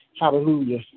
Hallelujah